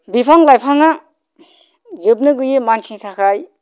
बिफां लाइफाङा जोबनो गैयै मानसिनि थाखाय